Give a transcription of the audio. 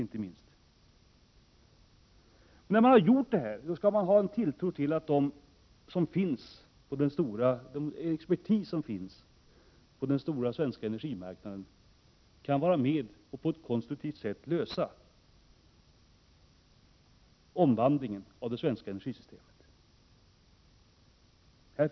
Gör man detta bör man också ha välgrundad orsak att hysa tilltro till att den expertis som finns inom olika delar av det svenska energiområdet vill vara med och på ett konstruktivt sätt genomföra omvandlingen av det svenska energisystemet.